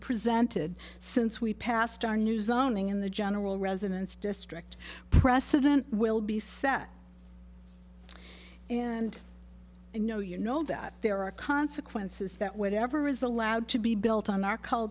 presented since we passed our new zoning in the general residence district precedent will be set and i know you know that there are consequences that whatever is allowed to be built on our cul